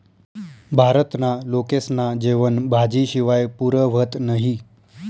भारतना लोकेस्ना जेवन भाजी शिवाय पुरं व्हतं नही